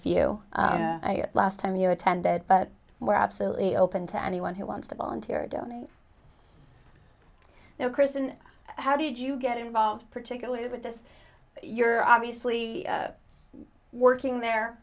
few last time you attended but we're absolutely open to anyone who wants to volunteer or donate now kristen how did you get involved particularly with this you're obviously working there